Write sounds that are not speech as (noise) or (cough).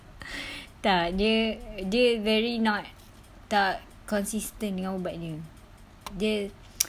(breath) tak dia dia very not tak consistent dengan ubatnya dia (noise)